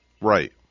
Right